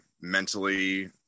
mentally